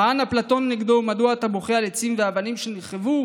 טען אפלטון נגדו: מדוע אתה בוכה על עצים ואבנים שנחרבו,